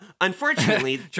Unfortunately